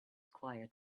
quiet